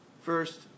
First